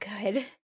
good